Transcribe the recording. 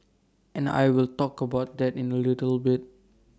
and I will talk about that in A little bit